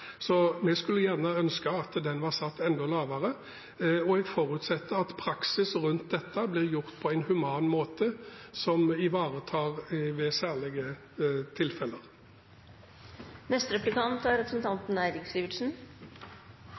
var satt enda lavere. Jeg forutsetter at praksis rundt dette blir gjennomført på en human måte, som ivaretar ved særlige tilfeller. La meg få gratulere representanten